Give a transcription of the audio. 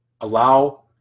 Allow